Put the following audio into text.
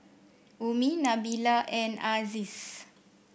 Ummi Nabila and Aziz